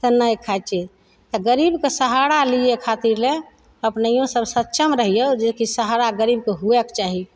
तऽ नहि खाइ छियै तऽ गरीबके सहारा लिये खातिर ले अपनेयो सब सक्षम रहियौ जेकि सहारा गरीबके हुएके चाही